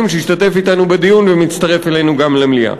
שהשתתף אתנו בדיון ומצטרף אלינו גם למליאה.